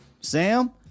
Sam